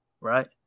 right